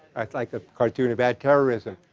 like a cartoon about terrorism.